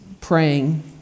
praying